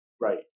Right